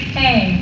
hey